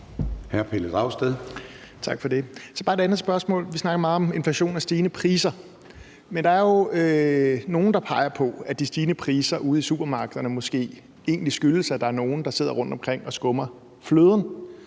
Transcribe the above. Pelle Dragsted (EL): Tak for det. Så har jeg et andet spørgsmål. Vi snakker meget om inflation og stigende priser, men der er jo nogen, der peger på, at de stigende priser ude i supermarkederne måske egentlig skyldes, at der er nogen, der sidder rundtomkring og skummer fløden.